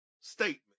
statement